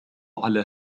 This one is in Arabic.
على